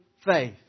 Faith